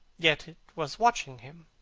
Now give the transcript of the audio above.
yet it was watching him,